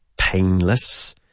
painless